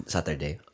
Saturday